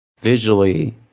visually